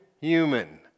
human